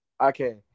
Okay